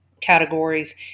categories